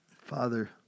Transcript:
Father